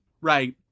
right